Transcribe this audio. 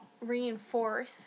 reinforce